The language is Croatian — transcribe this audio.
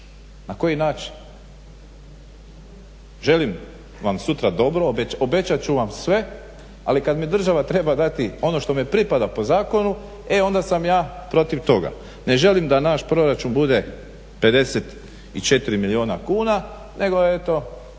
građanima. Želim vam sutra dobro, obećat ću vam sve, ali kad mi država treba dati ono što me pripada po zakonu e onda sam ja protiv toga. Ne želim da naš proračun bude 54 milijuna kuna nego eto,